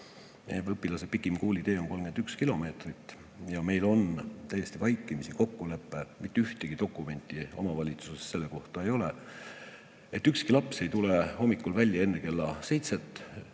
Õpilase pikim koolitee on 31 kilomeetrit ja meil on täiesti vaikimisi kokkulepe – mitte ühtegi dokumenti omavalitsuses selle kohta ei ole –, et ükski laps ei tule hommikul välja enne kella